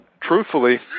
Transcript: truthfully